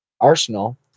Arsenal